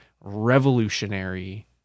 revolutionary